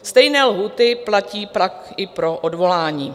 Stejné lhůty platí pak i pro odvolání.